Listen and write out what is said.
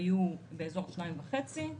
המדדים היו בסביבות 2.5%,